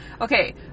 okay